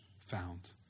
found